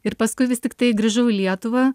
ir paskui vis tiktai grįžau į lietuvą